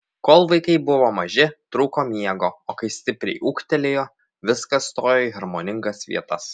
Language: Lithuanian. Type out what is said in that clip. kol vaikai buvo maži trūko miego o kai stipriai ūgtelėjo viskas stojo į harmoningas vietas